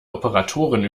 operatoren